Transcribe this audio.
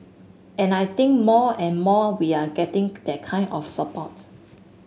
and I think more and more we are getting that kind of support